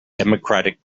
democratic